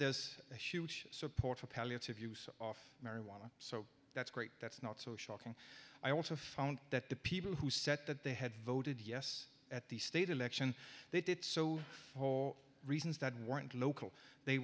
does a huge support for palliative use of marijuana so that's great that's not so shocking i also found that the people who said that they had voted yes at the state election they did so whole reasons that weren't local they